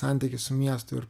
santykis su miestu ir